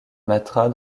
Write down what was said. matra